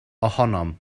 ohonom